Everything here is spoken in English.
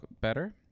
better